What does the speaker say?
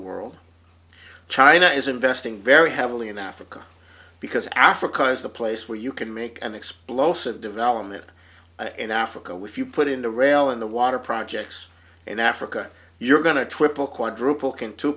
world china is investing very heavily in africa because africa is the place where you can make an explosive development in africa which you put in the rail in the water projects in africa you're going to triple quadruple can to